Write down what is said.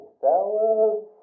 fellas